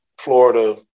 Florida